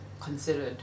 considered